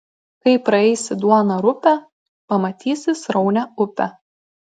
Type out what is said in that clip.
kai praeisi duoną rupią pamatysi sraunią upę